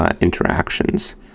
interactions